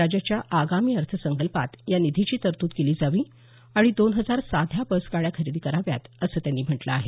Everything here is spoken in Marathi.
राज्याच्या आगामी अर्थसंकल्पात या निधीची तरतूद केली जावी आणि दोन हजार साध्या बस गाड्या खरेदी कराव्यात त्यांनी म्हटलं आहे